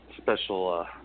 special